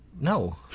No